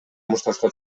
мушташка